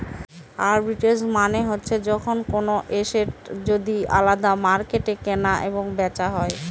arbitrage মানে হচ্ছে যখন কোনো এসেট যদি আলাদা মার্কেটে কেনা এবং বেচা হয়